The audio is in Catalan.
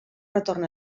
retorn